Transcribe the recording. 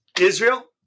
Israel